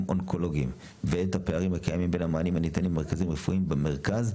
אונקולוגים ואת הפערים הקיימים בין המענים הניתנים במרכזים רפואיים במרכז,